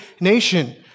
nation